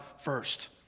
first